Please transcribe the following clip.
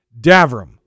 Davram